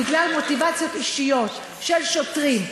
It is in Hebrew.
בגלל מוטיבציות אישיות של שוטרים,